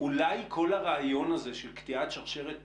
אולי כל הרעיון הזה של קטיעת שרשרת